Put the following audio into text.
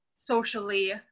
socially